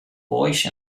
voice